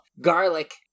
garlic